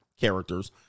characters